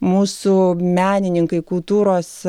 mūsų menininkai kultūros